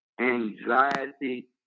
anxiety